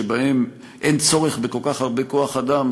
שבהן אין צורך בכל כך הרבה כוח-אדם,